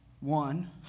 one